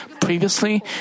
Previously